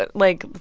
but like,